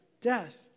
death